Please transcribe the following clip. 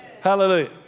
Hallelujah